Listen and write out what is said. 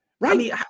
Right